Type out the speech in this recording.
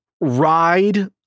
ride